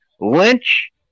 Lynch